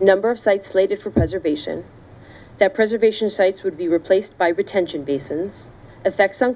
number of sites slated for preservation that preservation sites would be replaced by retention basins effect some